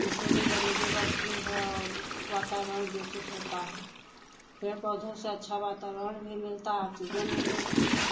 इससे भी गन्दगी बढ़ती है और वातावरण दूषित होता है पेड़ पौधों से अच्छा वातावरण मिलता ऑक्सीजन भी मिलता है